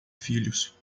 filhos